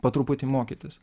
po truputį mokytis